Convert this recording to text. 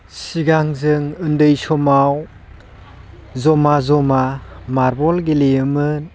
सिगां जों उन्दै समाव जमा जमा मार्बल गेलेयोमोन